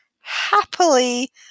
happily